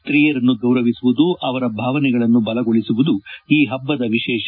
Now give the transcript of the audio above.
ಸ್ತೀಯರನ್ನು ಗೌರವಿಸುವುದು ಅವರ ಭಾವನೆಗಳನ್ನು ಬಲಗೊಳಿಸುವುದು ಈ ಹಬ್ದದ ವಿಶೇಷ